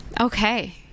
Okay